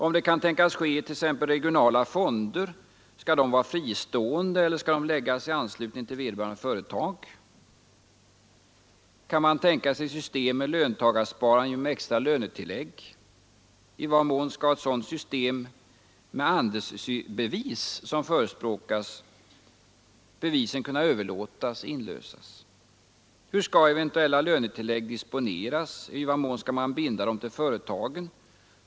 Om det kan tänkas ske i t.ex. regionala fonder, skall dessa då vara fristående eller skall de läggas i anslutning till vederbörande företag? Kan man tänka sig ett system med löntagarsparande genom extra lönetillägg? I vad mån skall i ett system med andelsbevis, som förespråkas, bevisen kunna överlåtas eller inlösas? Hur skall eventuella lönetillägg disponeras, och i vad mån skall man binda dem till företagen?